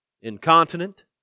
Incontinent